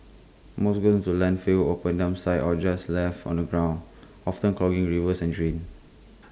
most goes into landfills open dump sites or just left on the ground often clogging rivers and drains